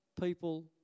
people